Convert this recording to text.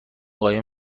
قایم